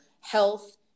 health